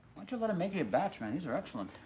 don't you let him make you a batch, man? these are excellent.